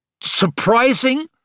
Surprising